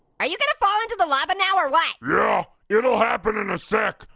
are you gonna fall into the lava now or what? yeah, it'll happen in a sec.